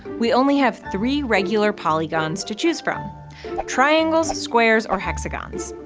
we only have three regular polygons to choose from triangles, squares, or hexagons.